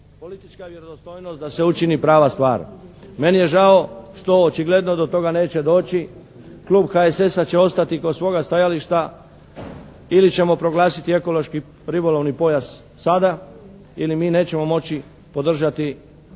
politička vjerodostojnost da se učini prava stvar. Meni je žao što očigledno do toga neće doći. Klub HSS-a će ostati kod svoga stajališta ili ćemo proglasiti ekološki ribolovni pojas sada ili mi nećemo moći podržati ni